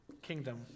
kingdom